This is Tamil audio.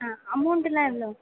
ஆ அமௌண்ட்டெல்லாம் எவ்வளோ